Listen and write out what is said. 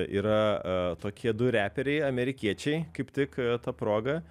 yra tokie du reperiai amerikiečiai kaip tik ta proga